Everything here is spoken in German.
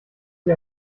sie